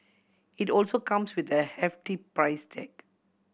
it also comes with a hefty price tag